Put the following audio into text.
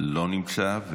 לא נמצא.